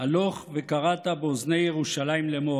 "הלֹךְ וקראתָ באזני ירושלַ‍ִם לאמר